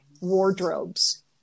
wardrobes